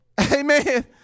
amen